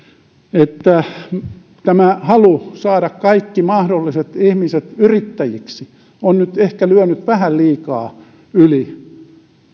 että tämä halu saada kaikki mahdolliset ihmiset yrittäjiksi on nyt ehkä lyönyt vähän liikaa yli